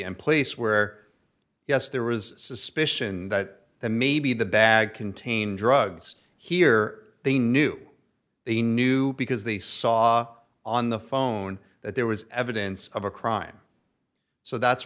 and place where yes there was suspicion that maybe the bag contained drugs here they knew they knew because they saw on the phone that there was evidence of a crime so that's